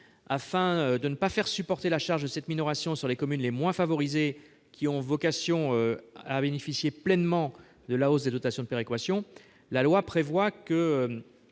Afin de ne pas faire supporter la charge de cette minoration par les communes les moins favorisées, qui ont vocation à bénéficier pleinement de la hausse des dotations de péréquation, la loi prévoit que